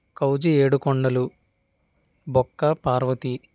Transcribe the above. కౌజి Yedukondalu Bokka Parvati